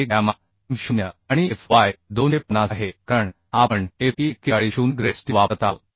1 gamma m 0 आणि fy 250 आहे कारण आपण fe 41 0 ग्रेड स्टील वापरत आहोत